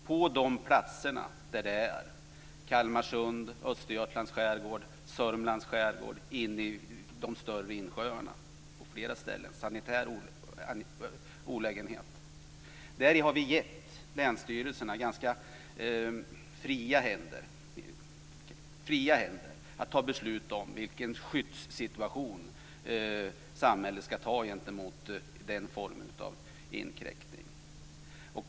På de platserna, Kalmar sund, Östergötlands skärgård, Sörmlands skärgård, vid de större insjöarna, har vi gett länsstyrelserna fria händer att fatta beslut om vilken skyddssituation samhället ska inta gentemot den formen av inkräktning.